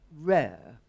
rare